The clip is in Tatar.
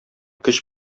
көч